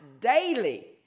daily